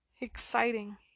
exciting